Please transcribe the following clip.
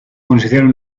consideran